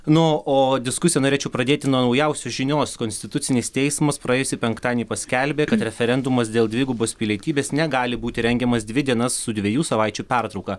nu o diskusiją norėčiau pradėti nuo naujausios žinios konstitucinis teismas praėjusį penktadienį paskelbė kad referendumas dėl dvigubos pilietybės negali būti rengiamas dvi dienas su dviejų savaičių pertrauka